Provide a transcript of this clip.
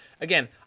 Again